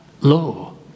law